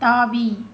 தாவி